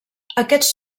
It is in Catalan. aquests